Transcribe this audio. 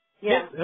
Yes